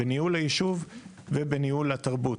בניהול הישוב ובניהול התרבות.